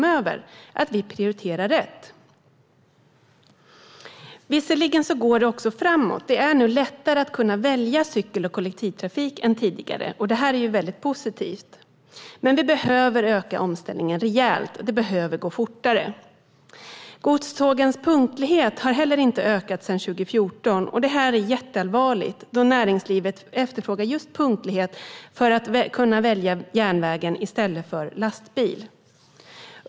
Vi måste prioritera rätt. Det går visserligen också framåt; det är nu lättare än tidigare att välja cykel och kollektivtrafik. Det är väldigt positivt, men vi behöver öka takten i omställningen rejält. Det behöver gå fortare. Godstågens punktlighet har heller inte ökat sedan 2014. Det är jätteallvarligt eftersom näringslivet efterfrågar punktlighet för att kunna välja järnvägen i stället för lastbil.